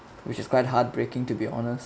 which is quite heartbreaking to be honest